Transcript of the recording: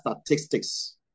statistics